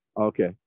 Okay